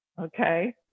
Okay